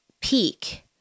peak